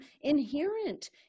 inherent